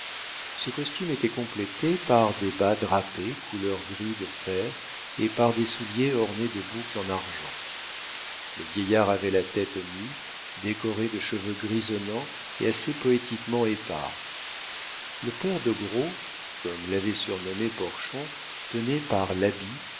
ce costume était complété par des bas drapés couleur gris de fer et par des souliers ornés de boucles en argent le vieillard avait la tête nue décorée de cheveux grisonnants et assez poétiquement épars le père doguereau comme l'avait surnommé porchon tenait par l'habit